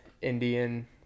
Indian